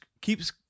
keeps